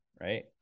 Right